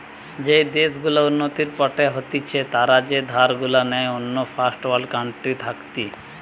যেই দেশ গুলা উন্নতির পথে হতিছে তারা যে ধার গুলা নেই অন্য ফার্স্ট ওয়ার্ল্ড কান্ট্রি থাকতি